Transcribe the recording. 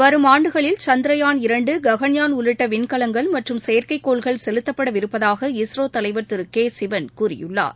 வரும் ஆண்டுகளில் சந்த்ரயான் இரண்டு ககன்யான் உள்ளிட்டவிண்கலங்கள் மற்றும் செயற்கைக்கோள்கள் செலுத்தப்பட இருப்பதாக இஸ்ரோதலைவா் திருகேசிவன் கூறியுள்ளாா்